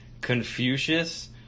Confucius